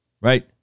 Right